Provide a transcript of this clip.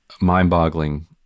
mind-boggling